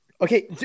okay